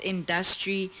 Industry